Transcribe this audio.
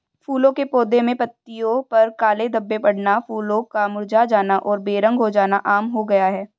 फूलों के पौधे में पत्तियों पर काले धब्बे पड़ना, फूलों का मुरझा जाना और बेरंग हो जाना आम हो गया है